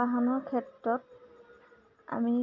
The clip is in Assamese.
বাহনৰ ক্ষেত্ৰত আমি